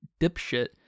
dipshit